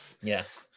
Yes